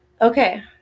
okay